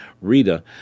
Rita